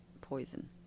poison